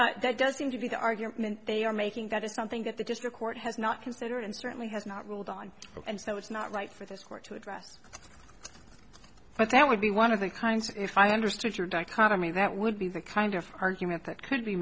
when that does seem to be the argument they are making that is something that the gist of court has not considered and certainly has not ruled on it and so it's not right for this court to address but that would be one of the kinds if i understood your dichotomy that would be the kind of argument that could be